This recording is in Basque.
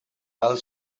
ahal